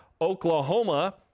Oklahoma